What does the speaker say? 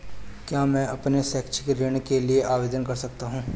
क्या मैं अपने शैक्षिक ऋण के लिए आवेदन कर सकता हूँ?